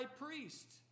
priest